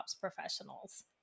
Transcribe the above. professionals